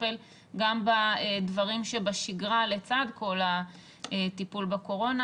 לטפל גם בדברים שבשגרה לצד כל הטיפול בקורונה,